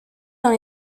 dans